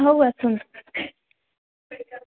ହଉ ଆସନ୍ତୁ